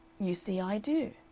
you see i do.